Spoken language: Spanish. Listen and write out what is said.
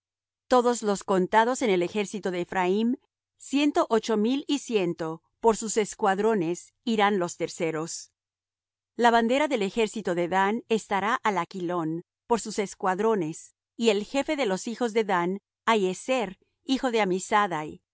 todos los contados en el ejército de ephraim ciento ocho mil y ciento por sus escuadrones irán los terceros la bandera del ejército de dan estará al aquilón por sus escuadrones y el jefe de los hijos de dan ahiezer hijo de amisaddai y